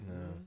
No